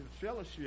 fellowship